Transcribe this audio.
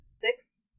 Six